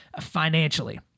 financially